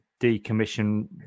decommission